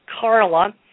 Carla